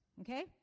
okay